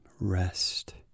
rest